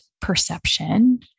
perception